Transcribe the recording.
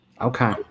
Okay